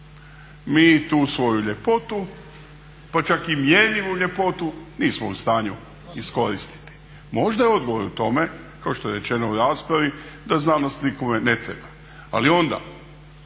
Mi tu svoju ljepotu pa čak i mjerljivu ljepotu nismo u stanju iskoristiti. Možda je odgovor u tome kao što je rečeno u raspravi da znanost nikome ne treba, ali onda